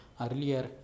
Earlier